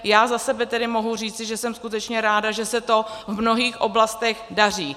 Já za sebe tedy mohu říci, že jsem skutečně ráda, že se to v mnohých oblastech daří.